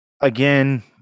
Again